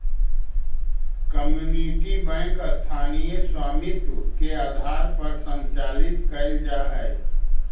community bank स्थानीय स्वामित्व के आधार पर संचालित कैल जा हइ